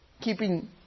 Keeping